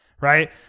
right